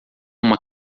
uma